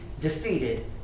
defeated